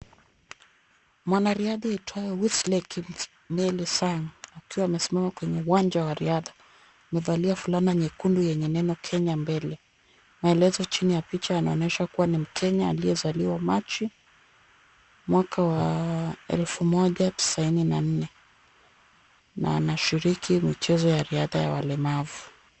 Mwanariadha aitwayo Wesley Kipmeli Sang' akiwa amesimama kwenye uwanja wa riadha amevalia fulana nyekundu yenye neno Kenya Mbele. Maelezo chini ya picha yanaonyesha kuwa ni Mkenya aliyezaliwa Machi mwaka wa elfu moja tisaini na nne na anashiriki michezo ya riadha ya walemavu.